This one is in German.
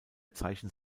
zeichnen